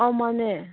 ꯑꯧ ꯃꯥꯅꯦ